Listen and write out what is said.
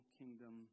kingdom